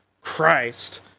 Christ